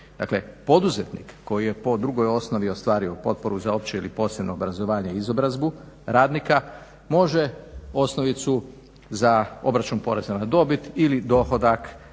Dakle poduzetnik koji je po drugoj osnovi ostvario potporu za opće ili posebno obrazovanje i izobrazbu radnika može osnovicu za obračun poreza na dobit ili dohodak